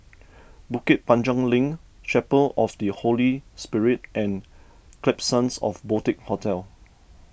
Bukit Panjang Link Chapel of the Holy Spirit and Klapsons of Boutique Hotel